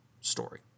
story